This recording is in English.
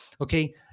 okay